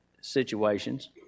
situations